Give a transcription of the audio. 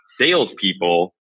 salespeople